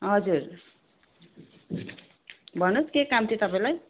हजुर भन्नुहोस् के काम थियो तपाईँलाई